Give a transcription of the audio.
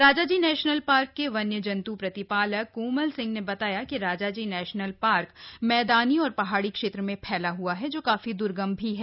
Rajaji national park के वन्य जंत् प्रतिपालक कोमल सिंह ने बताया कि राजाजी नेशनल पार्क मैदानी और पहाड़ी क्षेत्र में फैला है जो काफी द्र्गम भी हैं